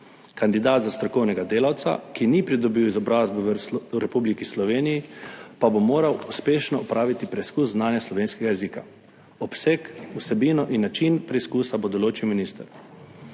kandidat za strokovnega delavca, ki ni pridobil izobrazbe v Republiki Sloveniji, pa bo moral uspešno opraviti preizkus znanja slovenskega jezika. Obseg, vsebino in način preizkusa bo določil minister.